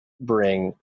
bring